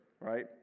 Right